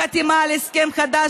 חתימה על הסכם חדש,